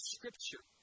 Scripture